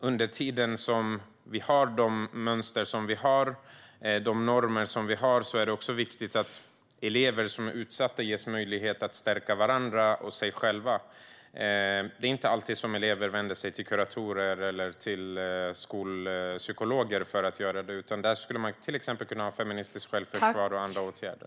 Under tiden som vi har de mönster som vi har, de normer som vi har, är det viktigt att elever som är utsatta ges möjlighet att stärka varandra och sig själva. Det är inte alltid som elever vänder sig till kuratorer eller till skolpsykologer, så där skulle man kunna ha till exempel feministiskt självförsvar och andra åtgärder.